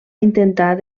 intentar